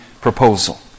proposal